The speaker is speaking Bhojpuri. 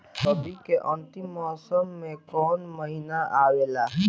रवी के अंतिम मौसम में कौन महीना आवेला?